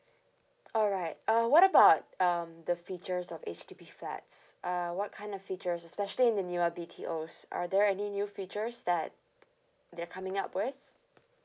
alright uh what about um the features of H_D_B flats uh what kind of features especially in the newer B_T_O's are there any new features that they're coming up with